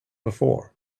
before